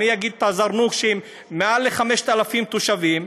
יישובים שהם מעל ל-5,000 תושבים,